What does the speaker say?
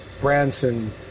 Branson